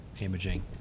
imaging